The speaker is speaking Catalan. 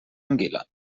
anguila